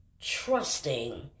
trusting